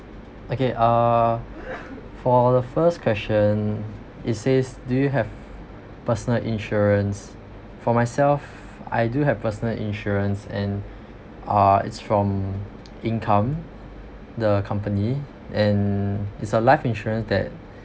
okay uh for the first question it says do you have personal insurance for myself I do have personal insurance and uh it's from income the company and it's a life insurance that